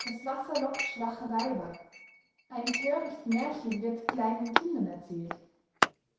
das wasser lockt schwache weiber ein töricht märchen wird kleinen kindern erzählt